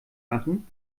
machen